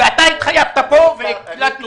ואתה התחייבת פה והקלטנו אותך.